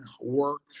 work